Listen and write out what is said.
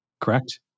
correct